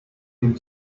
dem